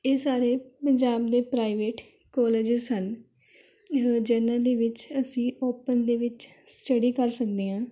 ਇਹ ਸਾਰੇ ਪੰਜਾਬ ਦੇ ਪ੍ਰਾਈਵੇਟ ਕੋਲੇਜਿਸ ਹਨ ਜਿਨ੍ਹਾਂ ਦੇ ਵਿੱਚ ਅਸੀਂ ਓਪਨ ਦੇ ਵਿੱਚ ਸਟੱਡੀ ਕਰ ਸਕਦੇ ਹਾਂ